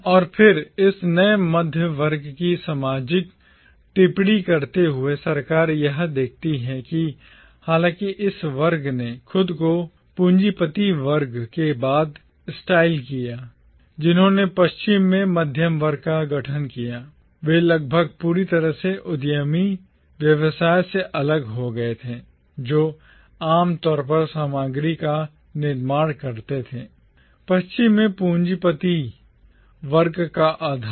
और फिर इस नए मध्य वर्ग की सामाजिक जड़ों पर टिप्पणी करते हुए सरकार यह देखती है कि हालांकि इस वर्ग ने बुर्जुआ वर्ग के बाद खुद को स्टाइल किया जिन्होंने पश्चिम में मध्यम वर्ग का गठन किया वे लगभग पूरी तरह से उद्यमी व्यवसाय से अलग हो गए थे जो आमतौर पर सामग्री का निर्माण करते थे पश्चिम में पूंजीपति वर्ग का आधार